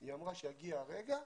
היא אמרה שכשיגיע הרגע,